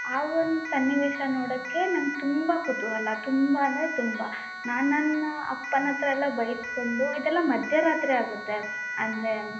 ಆ ಒಂದು ಸನ್ನಿವೇಶ ನೋಡೋಕ್ಕೆ ನಂಗೆ ತುಂಬ ಕುತೂಹಲ ತುಂಬ ಅಂದರೆ ತುಂಬ ನಾನು ನನ್ನ ಅಪ್ಪನ ಹತ್ರ ಎಲ್ಲ ಬೈಸ್ಕೊಂಡು ಇದೆಲ್ಲ ಮಧ್ಯರಾತ್ರಿ ಆಗುತ್ತೆ ಅಂದರೆ